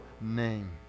name